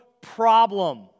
problem